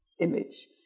image